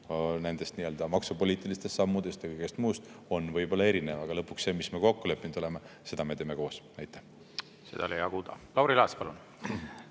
nendest nii-öelda maksupoliitilistest sammudest ja kõigest muust on võib-olla erinev, aga lõpuks seda, mis me kokku leppinud oleme, me teeme koos. Seda oli hea kuulda. Lauri Laats, palun!